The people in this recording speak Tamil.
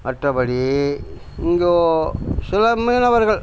மற்றபடி இங்கே சில மீனவர்கள்